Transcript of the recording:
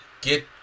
get